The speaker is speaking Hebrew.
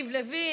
הרפורמה המשפטית,